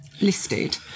listed